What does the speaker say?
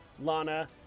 Lana